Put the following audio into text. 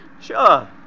Sure